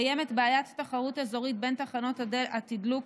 קיימת בעיית תחרות אזורית בין תחנות התדלוק,